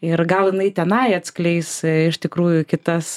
ir gal jinai tenai atskleis iš tikrųjų kitas